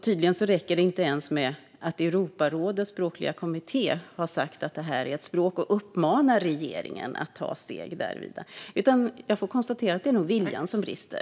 Tydligen räcker det inte ens med att Europarådets språkliga kommitté har sagt att älvdalskan är ett språk och uppmanat regeringen att ta steg där. Jag får nog konstatera att det är viljan som brister.